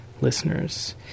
listeners